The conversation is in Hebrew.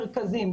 מרכזיים,